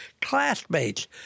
classmates